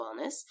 wellness